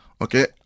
okay